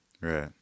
Right